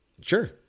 Sure